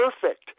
perfect